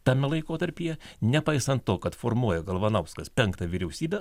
tame laikotarpyje nepaisant to kad formuoja galvanauskas penktą vyriausybę